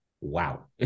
wow